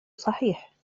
صحيح